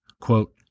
Quote